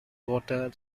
water